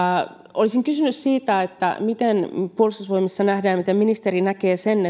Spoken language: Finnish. olisin kysynyt miten puolustusvoimissa nähdään miten ministeri näkee sen